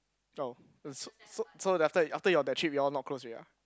oh so so so after after your that trip you all not close already ah